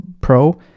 Pro